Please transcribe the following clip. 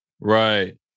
Right